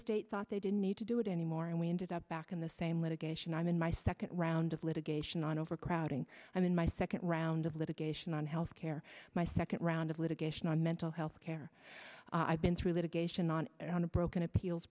state thought they didn't need to do it anymore and we ended up back in the same litigation i'm in my second round of litigation on overcrowding and in my second round of litigation on health care my second round of litigation on mental health care i've been through litigation on a broken appeals